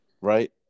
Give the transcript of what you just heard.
Right